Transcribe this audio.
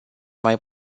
mai